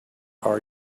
are